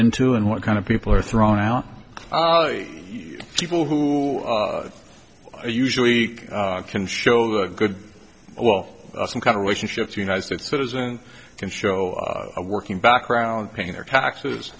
into and what kind of people are thrown out people who usually can show the good ole us some kind of relationship the united states citizen can show a working background paying their taxes